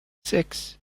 six